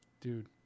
dude